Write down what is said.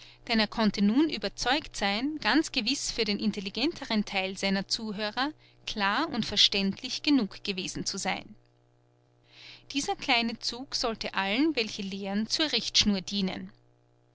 denn er konnte nun überzeugt sein ganz gewiß für den intelligenteren theil seiner zuhörer klar und verständlich genug gewesen zu sein dieser kleine zug sollte allen welche lehren zur richtschnur dienen